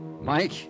Mike